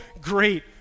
great